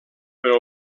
però